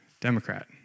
Democrat